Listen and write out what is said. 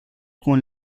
con